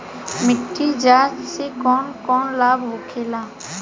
मिट्टी जाँच से कौन कौनलाभ होखे?